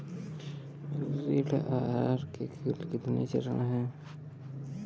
ऋण आहार के कुल कितने चरण हैं?